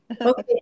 Okay